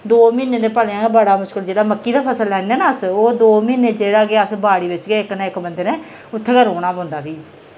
दो म्हीने ते भलेआं गै बड़ा मुश्कल जेह्ड़ा मक्की दा फसल लैन्ने न अस ओह् दो म्हीने जेह्ड़ा कि अस बाड़ी बिच गै इक ना इक बंदे नै उत्थै गै रोह्ना पौंदा फ्ही